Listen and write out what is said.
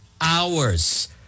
hours